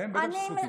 כן, בטח שזכותי.